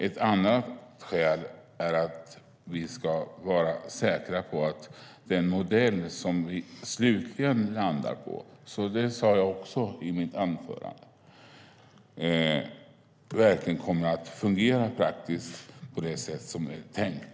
Ett annat skäl är att vi ska vara säkra på att den modell som vi slutligen landar på - det sade jag också i mitt anförande - verkligen kommer att fungera praktiskt på det sätt som är tänkt.